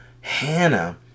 Hannah